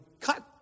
cut